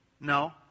No